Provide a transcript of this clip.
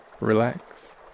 relax